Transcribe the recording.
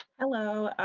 hello,